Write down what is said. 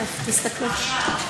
תכף, תסתכלו.